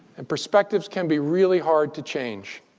and perspectives can be really hard to change.